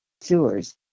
sewers